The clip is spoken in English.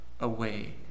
away